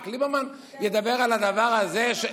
רק ליברמן ידבר על הדבר הזה?